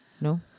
no